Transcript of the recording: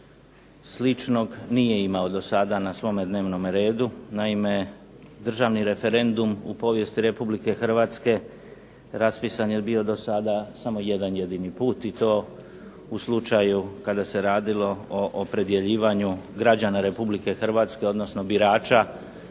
sličnog nije imao do sada na svome dnevnome redu. Naime državni referendum u povijesti Republike Hrvatske raspisan je bio do sada samo jedan jedini put, i to u slučaju kada se radilo o opredjeljivanju građana Republike Hrvatske, odnosno birača